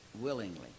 willingly